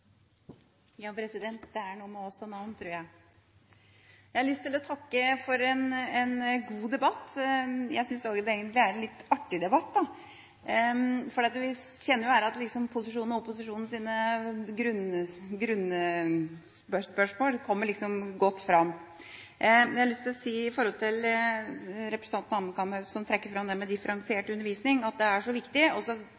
Jeg har lyst til å takke for en god debatt. Jeg synes også det egentlig er en litt artig debatt, for vi kjenner her at posisjon og opposisjon sine grunnspørsmål kommer godt fram. Jeg har lyst til å si, når det gjelder representanten Hanekamhaug, som trekker fram at det med